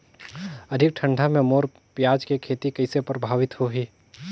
अधिक ठंडा मे मोर पियाज के खेती कइसे प्रभावित होही?